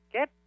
Get